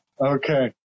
Okay